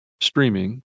Streaming